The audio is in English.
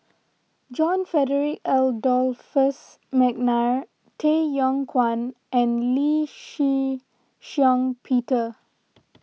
John Frederick Adolphus McNair Tay Yong Kwang and Lee Shih Shiong Peter